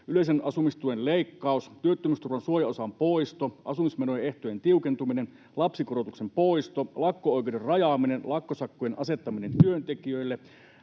yleisen asumistuen leikkaus, työttömyysturvan suojaosan poisto, asumismenojen ehtojen tiukentaminen, lapsikorotuksen poisto, lakko-oikeuden rajaaminen, lakkosakkojen asettaminen työntekijöille,